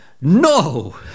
No